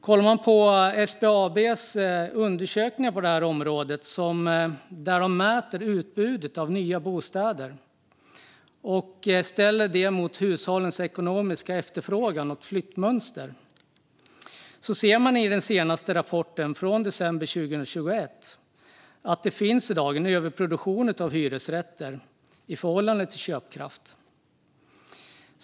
Kollar man på SBAB:s undersökningar på det här området, där de mäter utbudet av nya bostäder och ställer det mot hushållens ekonomiska efterfrågan och flyttmönster, ser man i den senaste rapporten från december 2021 att det i dag finns en överproduktion av hyresrätter i förhållande till köpkraft.